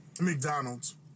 McDonald's